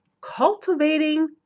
cultivating